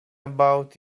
about